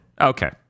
Okay